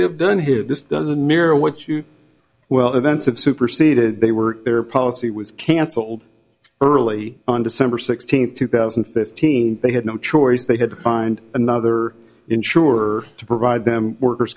have done here this doesn't mirror what you well events of superseded they were their policy was cancelled early on december sixteenth two thousand and fifteen they had no choice they had to find another insurer to provide them workers